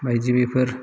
बायदि बेफोर